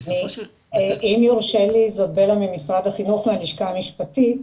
אם יורשה לי, אני מהלשכה המשפטית